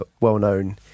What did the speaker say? well-known